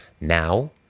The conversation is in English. Now